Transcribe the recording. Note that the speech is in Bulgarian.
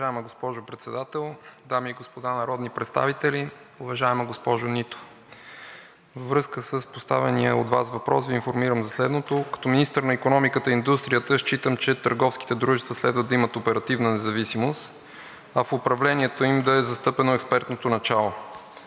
Уважаема госпожо Председател, дами и господа народни представители! Уважаема госпожо Нитова, във връзка с поставения от Вас въпрос, Ви информирам за следното. Като министър на икономиката и индустрията, считам, че търговските дружества следва да имат оперативна независимост, а в управлението им да е застъпено експертното начало.